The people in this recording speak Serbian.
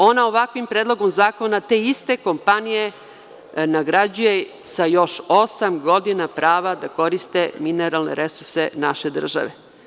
Ona ovakvim predlogom zakona te iste kompanije nagrađuje sa još osam godina prava da koriste mineralne resurse naše države.